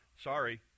sorry